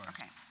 Okay